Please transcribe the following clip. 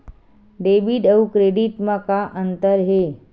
Debit अउ credit म का अंतर हे?